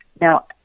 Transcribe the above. Now